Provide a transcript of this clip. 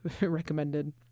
recommended